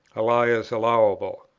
a lie is allowable.